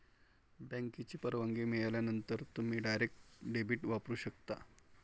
बँकेची परवानगी मिळाल्यानंतरच तुम्ही डायरेक्ट डेबिट वापरू शकता